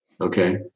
Okay